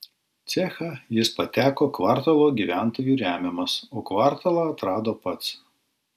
cechą jis pateko kvartalo gyventojų remiamas o kvartalą atrado pats